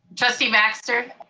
trustee baxter.